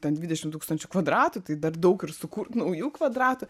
ten dvidešimt tūkstančių kvadratų tai dar daug ir sukurt naujų kvadratų